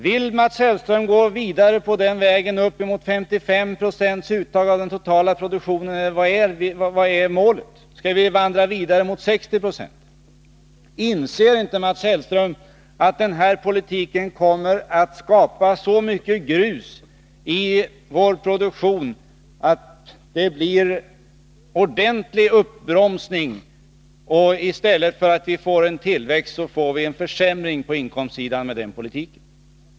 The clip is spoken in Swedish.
Vill Mats Hellström gå vidare på den vägen, uppemot ett 55-procentigt uttag av den totala produktionen, eller vad är målet? Skall vi vandra vidare mot 60 40? Inser inte Mats Hellström att den här politiken kommer att skapa så mycket grus i vår produktionsapparat att det blir en ordentlig uppbromsning? Istället för att vi får en tillväxt, får vi en försämring på inkomstsidan med den politiken.